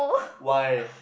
why